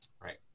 Right